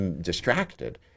distracted